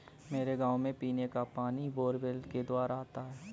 मेरे गांव में पीने का पानी बोरवेल के द्वारा आता है